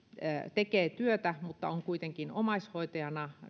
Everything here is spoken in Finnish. tekee työtä mutta on kuitenkin omaishoitajana